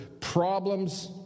problems